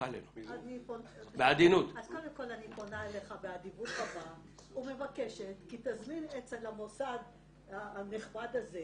אני פונה אליך באדיבות רבה ומבקשת כי תזמין אצל המוסד הנכבד הזה